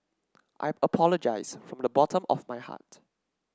I apologise from the bottom of my heart